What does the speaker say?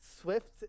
swift